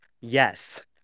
yes